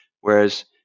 Whereas